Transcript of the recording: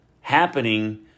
happening